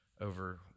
over